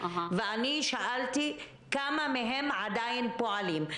ואני שאלתי כמה מהם עדיין פועלים.